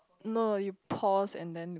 no you pause and then